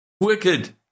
Wicked